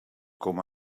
com